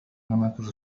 مركز